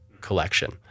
collection